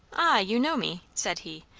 ah, you know me? said he.